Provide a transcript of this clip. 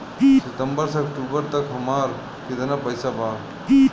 सितंबर से अक्टूबर तक हमार कितना पैसा बा?